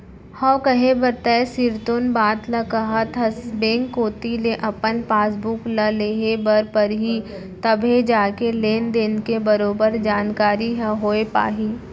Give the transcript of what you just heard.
हव कहे बर तैं सिरतोन बात ल काहत हस बेंक कोती ले अपन पासबुक ल लेहे बर परही तभे जाके लेन देन के बरोबर जानकारी ह होय पाही